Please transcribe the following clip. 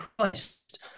Christ